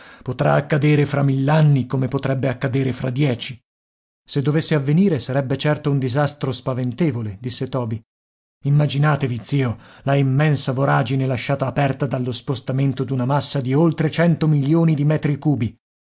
potrà accadere fra mill'anni come potrebbe accadere fra dieci se dovesse avvenire sarebbe certo un disastro spaventevole disse toby immaginatevi zio la immensa voragine lasciata aperta dallo spostamento d'una massa di oltre cento milioni di metri cubi